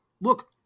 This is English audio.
Look